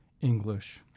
English